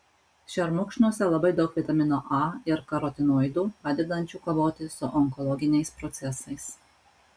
šermukšniuose labai daug vitamino a ir karotinoidų padedančių kovoti su onkologiniais procesais